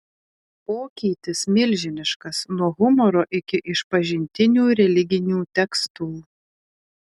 pokytis milžiniškas nuo humoro iki išpažintinių religinių tekstų